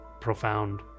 profound